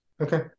okay